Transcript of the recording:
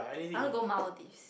I want go Maldives